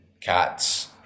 cats